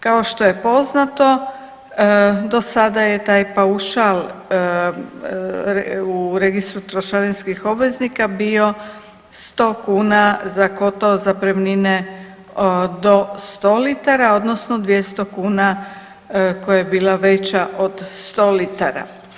Kao što je poznato do sada je taj paušal u registru trošarinskih obveznika bio 100 kuna za kotao zapremnine do 100 litara odnosno 200 kuna koja je bila veća od 100 litara.